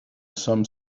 some